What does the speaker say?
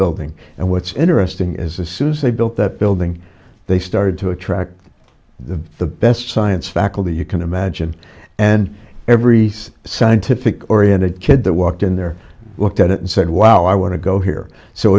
building and what's interesting as a souse they built that building they started to attract the best science faculty you can imagine and every scientific oriented kid that walked in there looked at it and said wow i want to go here so